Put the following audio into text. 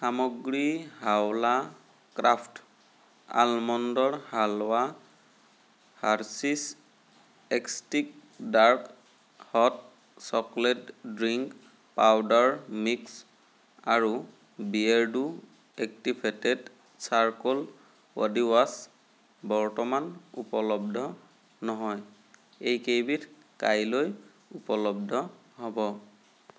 সামগ্ৰী হাৱলা ক্ৰাফ্ট আলমণ্ডৰ halwa Hershey's exotic dark hot chocolate drink powder mix আৰু বিয়েৰ্ডো এক্টিভেটেড চাৰকোল বডিৱাছ বৰ্তমান উপলব্ধ নহয় এইকেইবিধ কাইলৈ উপলব্ধ হ'ব